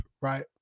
right